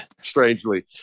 strangely